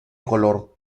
color